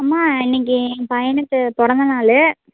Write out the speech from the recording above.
அம்மா இன்னிக்கு எங்கள் பையனுக்கு பிறந்தநாளு